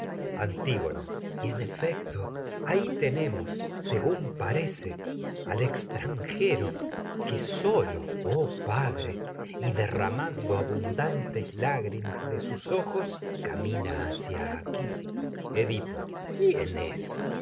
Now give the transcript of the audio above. antígona y con efecto ce ahí tenemos según pare al extranjero que solo oh padre y derramando abundantes lágrimas de sus ojos camina hacia aquí tragedias de sófocles edipo quién es